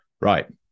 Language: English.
Right